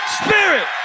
spirit